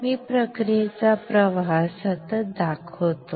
मी प्रक्रियेचा प्रवाह सतत दाखवतो